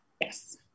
Yes